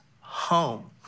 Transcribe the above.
home